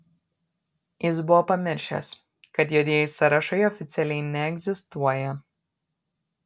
jis buvo pamiršęs kad juodieji sąrašai oficialiai neegzistuoja